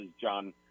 John